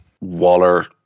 Waller